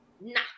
nah